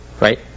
Right